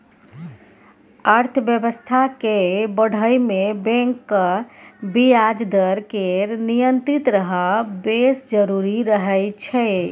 अर्थबेबस्था केँ बढ़य मे बैंकक ब्याज दर केर नियंत्रित रहब बेस जरुरी रहय छै